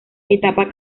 etapa